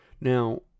Now